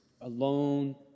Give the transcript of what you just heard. alone